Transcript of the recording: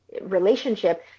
relationship